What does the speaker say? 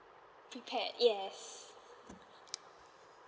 ticket yes